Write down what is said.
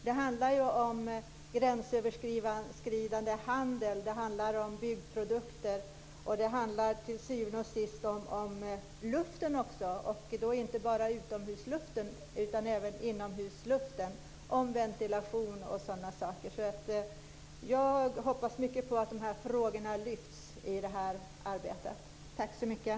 Det rör sig om gränsöverskridande handel, om byggprodukter och till syvende och sist om luften, och det gäller inte bara utomhusluften utan även inomhusluften, om ventilation och sådant. Jag hoppas mycket på att dessa frågor lyfts fram i detta arbete.